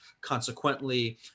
consequently